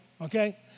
okay